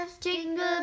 Jingle